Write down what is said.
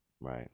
Right